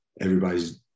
everybody's